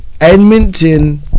Edmonton